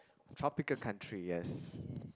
tropical country yes